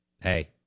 hey